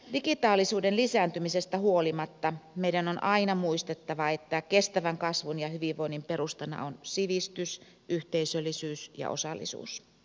digitaalisuuden lisääntymisestä huolimatta meidän on aina muistettava että kestävän kasvun ja hyvinvoinnin perustana on sivistys yhteisöllisyys ja osallisuus